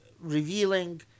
revealing